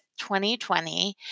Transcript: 2020